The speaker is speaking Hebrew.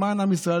למען עם ישראל,